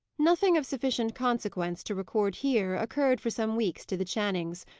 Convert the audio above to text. nothing of sufficient consequence to record here, occurred for some weeks to the channings,